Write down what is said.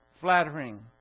flattering